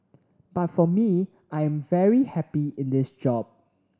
but for me I am very happy in this job